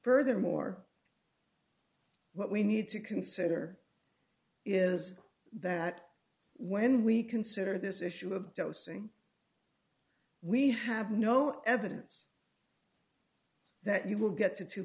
furthermore what we need to consider is that when we consider this issue of dosing we have no evidence that you will get to two